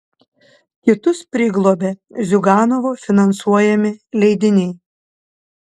kitus priglobė ziuganovo finansuojami leidiniai